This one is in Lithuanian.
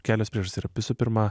kelios priežastys visų pirma